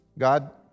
God